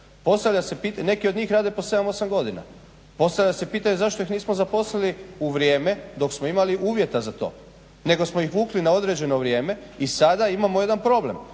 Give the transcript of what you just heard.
neki od njih rade po 7, 8 godina. Postavlja se pitanje zašto ih nismo zaposlili u vrijeme dok smo imali uvjeta za to, nego smo ih vukli na određeno vrijeme i sada imamo jedan problem.